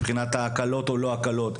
מבחינת הקלות או היעדר הקלות?